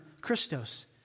Christos